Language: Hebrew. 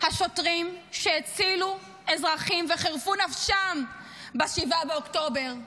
השוטרים שהצילו אזרחים וחירפו נפשם ב-7 באוקטובר,